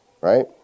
right